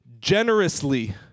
generously